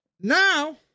now